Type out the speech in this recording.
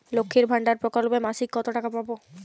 লক্ষ্মীর ভান্ডার প্রকল্পে মাসিক কত টাকা পাব?